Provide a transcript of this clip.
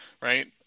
right